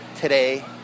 today